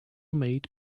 made